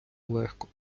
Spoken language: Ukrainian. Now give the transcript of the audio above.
легко